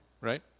Right